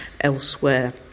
elsewhere